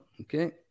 Okay